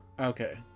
Okay